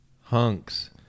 hunks